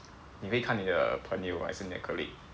你会看你的朋友还是你的 colleague